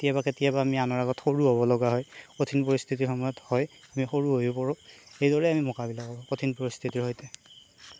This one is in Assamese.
কেতিয়াবা কেতিয়াবা আমি আনৰ আগত সৰু হ'ব লগা হয় কঠিন পৰিস্থিতিৰ সময়ত হয় আমি সৰু হৈও কৰোঁ সেইদৰে আমি মোকাবিলা কৰোঁ কঠিন পৰিস্থিতিৰ সৈতে